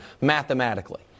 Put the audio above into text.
mathematically